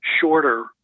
shorter